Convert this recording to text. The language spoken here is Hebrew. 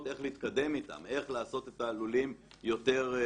איך להתקדם אתן ואיך לעשות את הלולים יותר טובים.